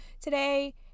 today